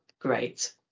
great